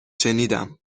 شنیدم